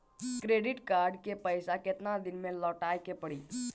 Credit card के पैसा केतना दिन मे लौटाए के पड़ी?